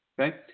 Okay